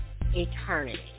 eternity